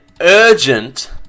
urgent